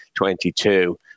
2022